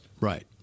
right